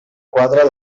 quadra